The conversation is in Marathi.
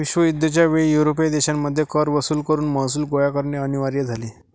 विश्वयुद्ध च्या वेळी युरोपियन देशांमध्ये कर वसूल करून महसूल गोळा करणे अनिवार्य झाले